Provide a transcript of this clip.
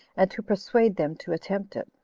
and to persuade them to attempt it